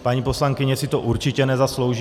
Paní poslankyně si to určitě nezaslouží.